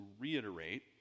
reiterate